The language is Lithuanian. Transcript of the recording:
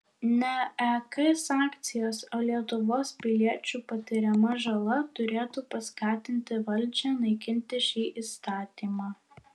ne ek sankcijos o lietuvos piliečių patiriama žala turėtų paskatinti valdžią naikinti šį įstatymą